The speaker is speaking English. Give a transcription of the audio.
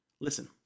Listen